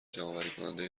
جمعآوریکننده